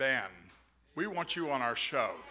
band we want you on our show